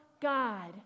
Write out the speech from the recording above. God